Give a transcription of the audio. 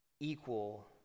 equal